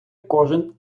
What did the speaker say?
кожен